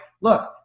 look